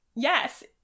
Yes